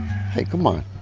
hey, come on.